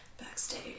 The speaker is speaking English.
Backstage